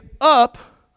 up